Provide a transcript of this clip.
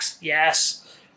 yes